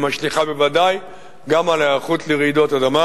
שמשליכה בוודאי גם על ההיערכות לרעידות אדמה,